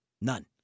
None